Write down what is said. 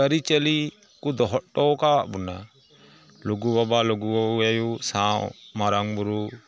ᱟᱹᱨᱤ ᱪᱟᱹᱞᱤᱠᱚ ᱫᱚᱦᱚ ᱦᱚᱴᱚ ᱟᱠᱟᱣᱟᱫ ᱵᱚᱱᱟ ᱞᱩᱜᱩᱵᱟᱵᱟ ᱞᱩᱜᱩ ᱟᱭᱳ ᱥᱟᱶ ᱢᱟᱨᱟᱝᱵᱩᱨᱩ